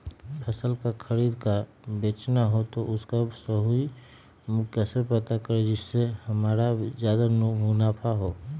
फल का खरीद का बेचना हो तो उसका सही मूल्य कैसे पता करें जिससे हमारा ज्याद मुनाफा हो?